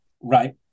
right